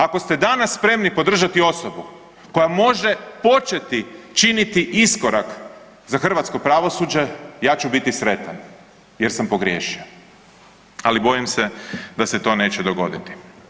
Ako ste danas spremni podržati osobu koja može početi činiti iskorak za hrvatsko pravosuđe, ja ću biti sretan jer sam pogriješio, ali bojim se da se to neće dogoditi.